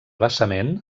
basament